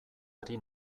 ari